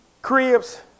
Cribs